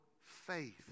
faith